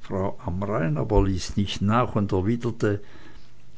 frau amrain ließ aber nicht nach und erwiderte